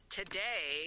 today